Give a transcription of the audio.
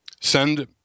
Send